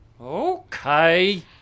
Okay